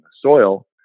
soil